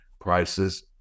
prices